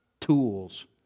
tools